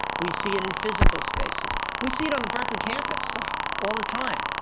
we see it in physical spaces. we see it on the berkeley campus ah all the time.